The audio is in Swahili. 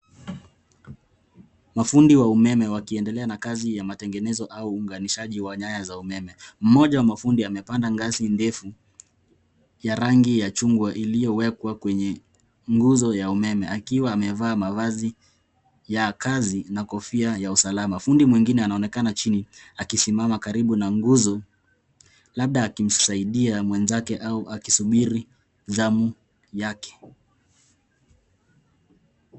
Mafundi ya umeme wakiendelea na kazi ya kutengeneza au uunganishaji wa umeme, mmoja wa wafundi amepanda ngazi ndefu ya rangi ya chungwa iliowekwa kwenye guzo ya umeme akiwa amevaa mavazi ya kazi na kofia ya usalama. Fundi mwingine anaoenekana chini akisimama karibu na guzo labda akimsaidia mwenzake au akisubiri zamu yake.